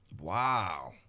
Wow